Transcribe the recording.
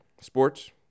sports